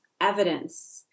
evidence